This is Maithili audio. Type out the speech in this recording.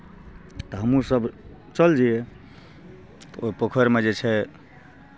तऽ हमहूँ सभ चल जइयै तऽ ओहि पोखरिमे जे छै